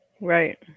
right